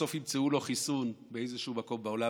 בסוף ימצאו לה חיסון באיזשהו מקום בעולם,